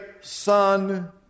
son